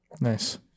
Nice